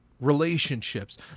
relationships